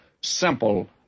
simple